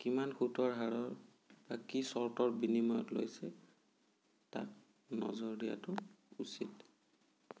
কিমান সুতৰ হাৰত বা কি চৰ্তৰ বিনিময়ত লৈছে তাক নজৰ দিয়াতো উচিত